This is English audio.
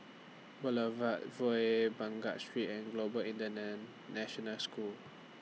Boulevard Vue Baghdad Street and Global Indian International School